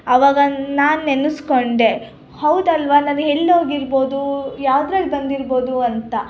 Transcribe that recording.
ಅವಾಗ ನಾನು ನೆನೆಸ್ಕೊಂಡೆ ಹೌದಲ್ಲವ ನಾನು ಎಲ್ ಹೋಗಿರ್ಬೋದು ಯಾವ್ದ್ರಲ್ಲಿ ಬಂದಿರ್ಬೋದು ಅಂತ